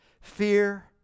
Fear